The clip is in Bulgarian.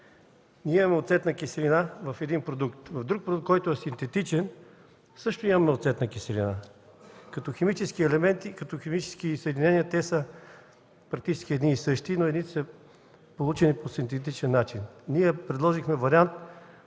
ние имаме оцетна киселина. В друг продукт, който е синтетичен, също имаме оцетна киселина. Като химически елементи и като химически съединения те практически са едни и същи, но едните са получени по синтетичен начин. Ние предложихме вариант,